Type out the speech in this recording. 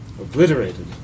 obliterated